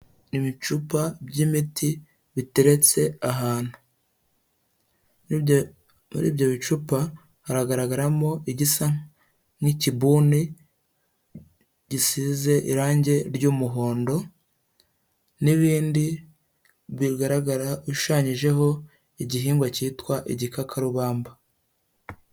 Ibicupa by'imiti biteretse ahantu, muri ibyo bicupa haragaragaramo igisa n'ikibuni gisize irangi ry'umuhondo n'ibindi bigaragara bishushanyijeho igihingwa cyitwa igikakarubamba.